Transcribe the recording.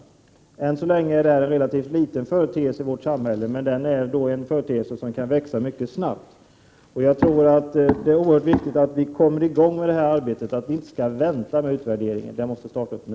Än så länge är de problemen en relativt liten företeelse i vårt samhälle, men en företeelse som kan växa mycket snabbt. Jag tror att det är oerhört viktigt att vi kommer i gång med det här arbetet, att vi inte skall vänta med utvärderingen.